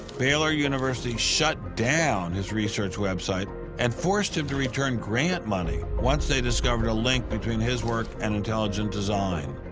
baylor university shut down his research web site and forced him to return grant money once they discovered a link between his work and intelligent design.